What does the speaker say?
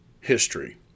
history